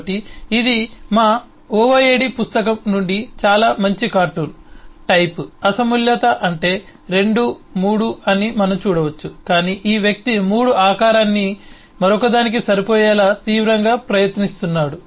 కాబట్టి ఇది మా OOAD పుస్తకం నుండి చాలా మంచి కార్టూన్ టైప్ అసమతుల్యత ఉంటే రెండూ 3 అని మనం చూడవచ్చు కాని ఈ వ్యక్తి 3 ఆకారాన్ని మరొకదానికి సరిపోయేలా తీవ్రంగా ప్రయత్నిస్తున్నాడు